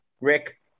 Rick